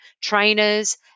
trainers